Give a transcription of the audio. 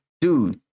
Dude